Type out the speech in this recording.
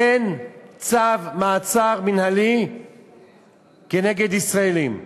אין צו מעצר מינהלי כנגד ישראלים.